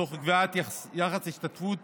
תוך קביעת יחס השתתפות